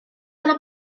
yna